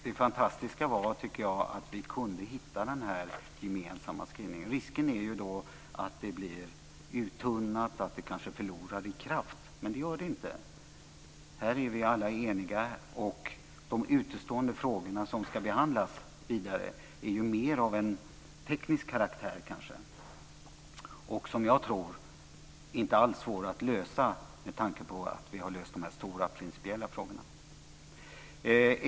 Det fantastiska var, tycker jag, att vi kunde hitta den här gemensamma skrivningen. Risken är ju då att det bli uttunnat och att det kanske förlorar i kraft. Men det gör det inte. Här är vi alla eniga. Och de utestående frågorna, som ska behandlas vidare, är mer av teknisk karaktär och, tror jag, inte alls svåra att lösa med tanke på att vi har löst de här stora principiella frågorna.